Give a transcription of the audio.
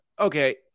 Okay